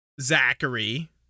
Zachary